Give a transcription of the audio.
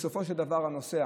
בסופו של דבר הנוסע